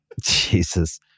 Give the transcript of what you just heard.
Jesus